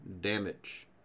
damage